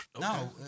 No